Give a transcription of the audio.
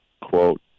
quote